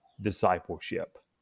discipleship